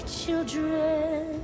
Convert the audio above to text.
children